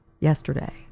yesterday